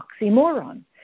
oxymoron